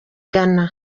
ghana